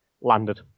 landed